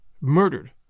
Murdered